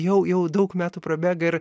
jau jau daug metų prabėga ir